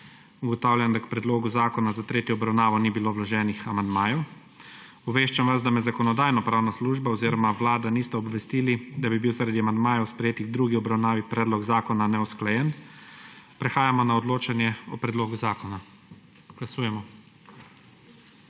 Ugotavljam, da k predlogu zakona za tretjo obravnavo ni bilo vloženih amandmajev. Obveščam vas, da me Zakonodajno-pravna služba oziroma Vlada nista obvestili, da bi bil zaradi amandmajev, sprejetih v drugi obravnavi, predlog zakona neusklajen. Prehajamo na odločanje o predlogu zakona. Glasujemo.